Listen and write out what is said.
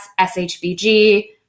SHBG